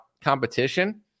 competition